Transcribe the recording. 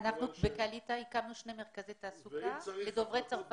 אנחנו בקעליטה הקמנו שני מרכזי תעסוקה לדוברי צרפתית.